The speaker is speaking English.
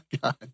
God